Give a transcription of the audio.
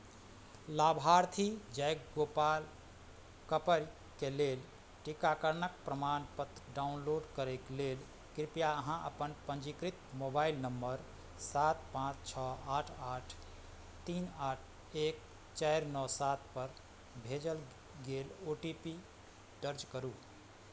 लाभार्थी जयगोपाल कपरके लेल टीकाकरणक प्रमाणपत्र डाउनलोड करैक लेल कृपया अहाँ अपन पञ्जीकृत मोबाइल नंबर सात पाँच छओ आठ आठ तीन आठ एक चारि नओ सातपर भेजल गेल ओ टी पी दर्ज करू